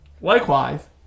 Likewise